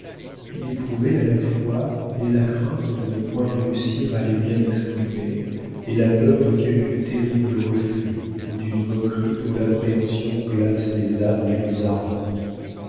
il éprouvait à la fois et la crainte de ne point réussir à les bien exprimer et la peur de quelque terrible refus ou d'une moquerie dont l'appréhension glace les âmes les plus ardentes